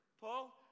Paul